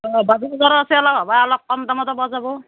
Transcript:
অঁ দামী ভিতৰত আছে অলপ ৰ'বা অলপ কম দামতো পোৱা যাব